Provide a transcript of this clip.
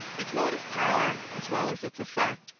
its motive power as well as its effect,